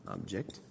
object